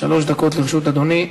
שלוש דקות לרשות אדוני.